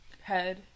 head